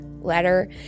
letter